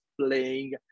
playing